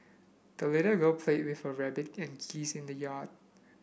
the little girl played with her rabbit and geese in the yard